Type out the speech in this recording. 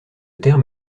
terme